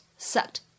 Sucked